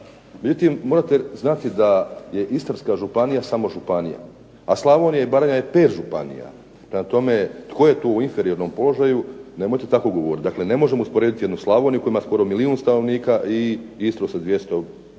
Vi tim morate znati da je Istarska županija samo županija, a Slavonija i Baranja je pet županija. Prema tome, tko je tu u inferiornom položaju, nemojte tako govoriti. Dakle, ne možemo usporediti jednu Slavoniju koja ima skoro milijun stanovnika i Istru sa 250,